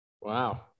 wow